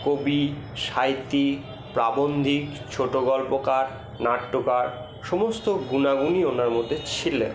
কবি সাহিত্যিক প্রাবন্ধিক ছোটোগল্পকার নাট্যকার সমস্ত গুণাগুণই ওনার মধ্যে ছিলেন